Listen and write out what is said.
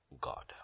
God